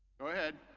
go ahead,